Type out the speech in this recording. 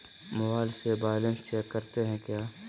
Mobile से balance check करते हैं क्या?